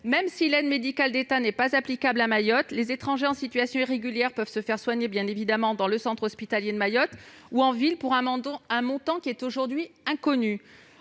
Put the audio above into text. Même si l'aide médicale d'État n'est pas applicable à Mayotte, les étrangers en situation irrégulière peuvent s'y faire soigner dans le centre hospitalier ou en ville, pour un montant qui demeure aujourd'hui inconnu.